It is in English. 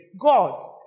God